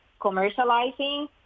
commercializing